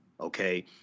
okay